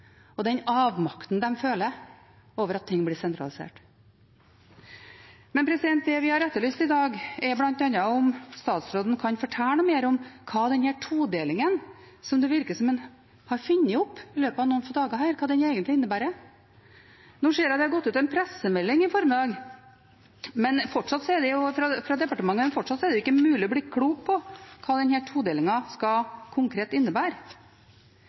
og den avmakten de føler over at ting blir sentralisert. Men det vi har etterlyst i dag, er bl.a. om statsråden kan fortelle noe mer om hva denne todelingen – som det virker som en har funnet opp i løpet av noen få dager – egentlig innebærer. Nå ser jeg at det har gått ut en pressemelding i formiddag fra departementet, men fortsatt er det ikke mulig å bli klok på hva denne todelingen konkret skal innebære.